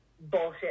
bullshit